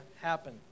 happen